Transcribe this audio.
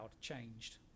changed